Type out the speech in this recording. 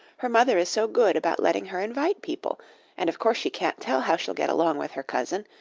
her mother is so good about letting her invite people and of course she can't tell how she'll get along with her cousin.